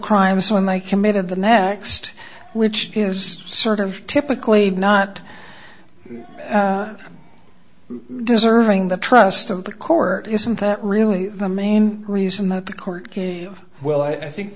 crimes when they committed the next which is sort of typically not deserving the trust of the court isn't that really the main reason that the court of well i think